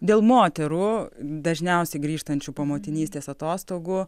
dėl moterų dažniausiai grįžtančių po motinystės atostogų